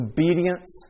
Obedience